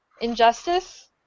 Injustice